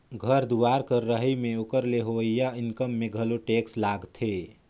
घर दुवार कर रहई में ओकर ले होवइया इनकम में घलो टेक्स लागथें